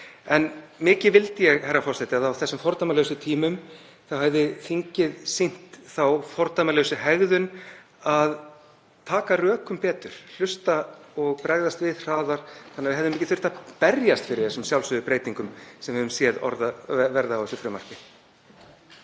En mikið vildi ég, herra forseti, að á þessum fordæmalausu tímum hefði þingið sýnt þá fordæmalausu hegðun að taka rökum betur, hlusta og bregðast hraðar við þannig að við hefðum ekki þurft að berjast fyrir þeim sjálfsögðu breytingum sem við höfum séð verða á frumvarpinu.